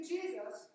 Jesus